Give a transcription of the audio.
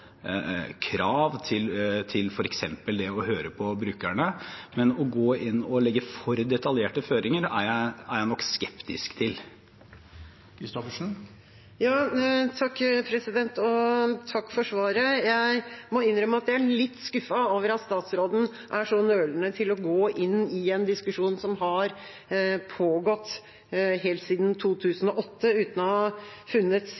krav til f.eks. det å høre på brukerne. Men å gå inn og legge for detaljerte føringer er jeg nok skeptisk til. Takk for svaret. Jeg må innrømme at jeg er litt skuffet over at statsråden er så nølende til å gå inn i en diskusjon som har pågått helt siden 2008 uten å ha funnet